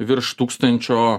virš tūkstančio